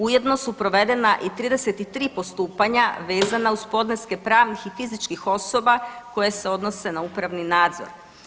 Ujedno su provedena i 33 postupanja vezana uz podneske pravnih i fizičkih osoba koje se odnose na upravni nadzor.